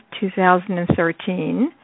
2013